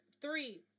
three